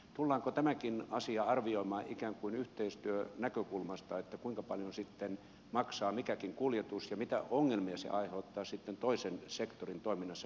tullaanko tämäkin asia arvioimaan ikään kuin yhteistyönäkökulmasta siten kuinka paljon sitten maksaa mikäkin kuljetus ja mitä ongelmia se aiheuttaa sitten toisen sektorin toiminnassa paikkakunnalla